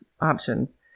options